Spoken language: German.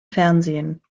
fernsehen